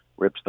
ripstop